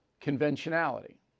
conventionality